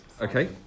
okay